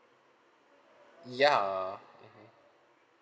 ya mmhmm